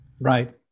Right